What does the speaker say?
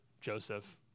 Joseph